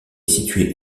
située